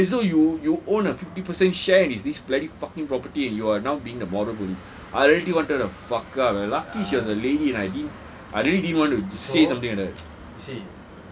w~ you talk like as though you you own a fifty percent share in this bloody fucking property and you are now being the moral p~ I really wanted to fuck her up eh lucky she was a lady and I didn't I really didn't want to say something like that